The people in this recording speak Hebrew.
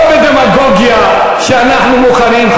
אבל לא בדמגוגיה שאנחנו מוכנים,